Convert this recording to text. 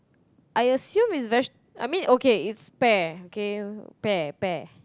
I assume it's vege~ I mean okay it's pear okay pear pear